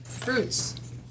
Fruits